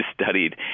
studied